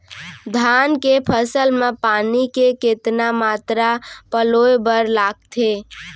धान के फसल म पानी के कतना मात्रा पलोय बर लागथे?